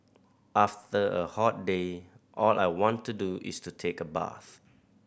after a hot day all I want to do is to take a bath